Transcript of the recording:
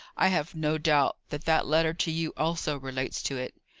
i have no doubt that that letter to you also relates to it.